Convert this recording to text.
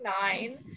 nine